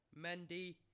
Mendy